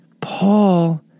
Paul